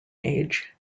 age